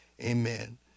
Amen